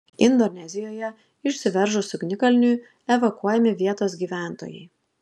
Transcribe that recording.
indonezijoje išsiveržus ugnikalniui evakuojami vietos gyventojai